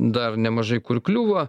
dar nemažai kur kliūva